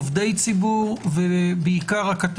עובדי ציבור והקטגוריה